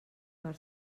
per